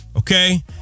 Okay